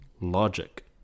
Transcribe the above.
Logic